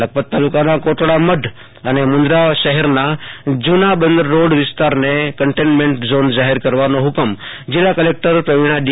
લખપત તાલુકાના કોટડા મઢ અને મુન્દ્રાના જુના બંદર રોડ વિસ્તારને કન્ટેન્મેન્ટ ઝોન જાહેર કરવાનો હુકમ જિલ્લા કલેકટર પ્રવિણા ડી